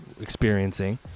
experiencing